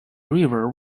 river